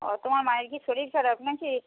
ও তোমার মায়ের কি শরীর খারাপ না কি